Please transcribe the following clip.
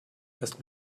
dass